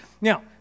Now